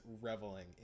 reveling